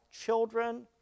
children